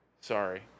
Sorry